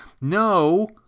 No